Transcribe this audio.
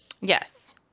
Yes